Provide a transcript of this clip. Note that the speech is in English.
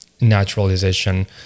naturalization